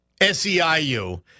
SEIU